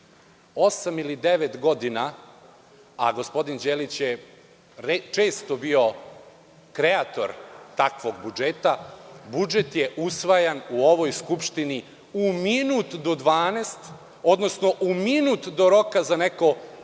osam ili devet godina, a gospodin Đelić je često bio kreator takvog budžeta, budžet je usvajan u ovoj skupštini u minut do 12, odnosno u minut do roka za neko